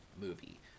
movie